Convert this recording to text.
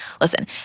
listen